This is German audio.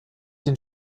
den